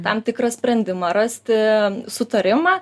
tam tikrą sprendimą rasti sutarimą